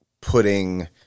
putting